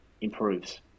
improves